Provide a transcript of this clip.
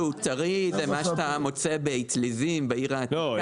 בשר שהוא טרי זה מה שאתה מוצא באטליזים בעיר העתיקה -- לא,